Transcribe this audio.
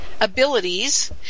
abilities